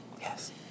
Yes